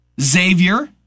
Xavier